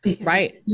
Right